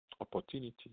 opportunity